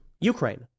ukraine